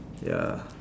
ya